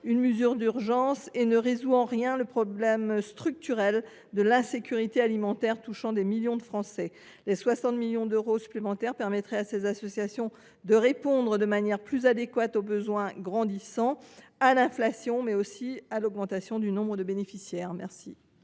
une mesure d’urgence qui ne résout en rien le problème structurel de l’insécurité alimentaire touchant des millions de Français. Les 60 millions d’euros supplémentaires que nous proposons permettraient à ces associations de répondre de manière plus adéquate aux besoins grandissants, à l’inflation, mais aussi à l’augmentation du nombre de bénéficiaires. Quel